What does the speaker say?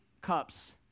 cups